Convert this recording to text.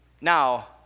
Now